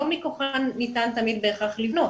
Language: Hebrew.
לא מכוחם ניתן תמיד בהכרח לבנות